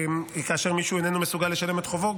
כאשר מישהו איננו מסוגל לשלם את חובו,